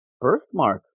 birthmark